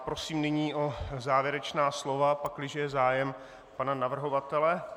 Prosím nyní o závěrečná slova, pakliže je zájem, pana navrhovatele.